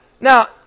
Now